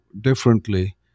differently